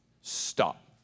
Stop